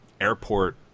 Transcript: airport